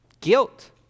Guilt